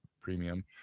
premium